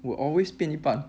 will always 变一半